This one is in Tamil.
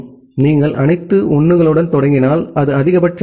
எனவே நீங்கள் அனைத்து 1 களுடன் தொடங்கினால் அது அதிகபட்சம்